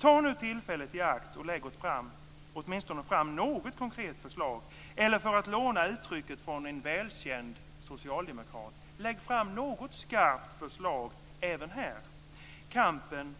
Ta nu tillfället i akt och lägg fram åtminstone något konkret förslag eller, för att låna uttrycket från en väl känd socialdemokrat: Lägg fram något skarpt förslag även här! Kampen